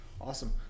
awesome